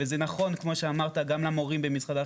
וזה נכון כמו שאמרת גם למורים במשרד החינוך,